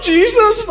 Jesus